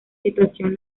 situación